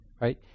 right